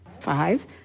Five